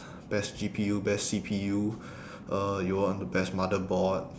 best G_P_U best C_P_U uh you would want the best motherboard